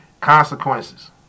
Consequences